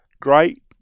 great